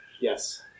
Yes